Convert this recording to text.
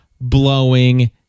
blowing